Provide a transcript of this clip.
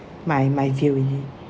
my my viewing